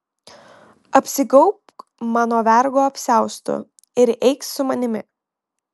apsigaubk mano vergo apsiaustu ir eik su manimi